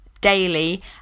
daily